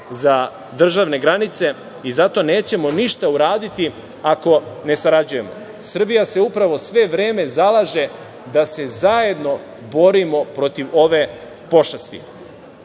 za državne granice i zato nećemo ništa uraditi ako ne sarađujemo. Srbija se upravo sve vreme zalaže da se zajedno borimo protiv ove pošasti. Dakle,